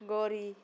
घरी